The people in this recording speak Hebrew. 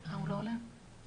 אביעד, יש